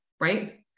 right